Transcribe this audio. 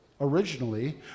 originally